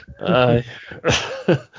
Aye